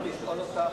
היא לא סיימה.